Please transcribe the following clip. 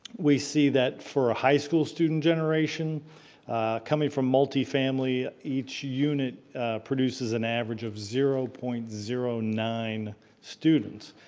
we see that for a high school student generation coming from multifamily, each unit produces an average of zero point zero nine students.